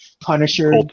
Punisher